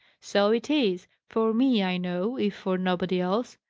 so it is for me, i know, if for nobody else,